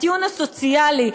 הטיעון הסוציאלי,